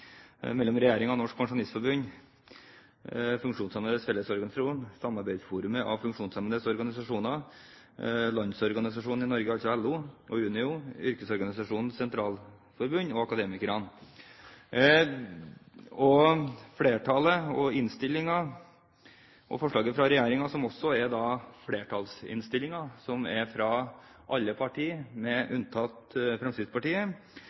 mellom regjeringen og Norsk Pensjonistforbund, Funksjonshemmedes Fellesorganisasjon, Samarbeidsforumet av funksjonshemmedes organisasjoner, Landsorganisasjonen i Norge – altså LO – Unio, Yrkesorganisasjonenes Sentralforbund og Akademikerne. Flertallet – forslaget fra regjeringen er altså flertallsinnstillingen, alle partier unntatt Fremskrittspartiet – foreslår i innstillingen å øke grunnbeløpet med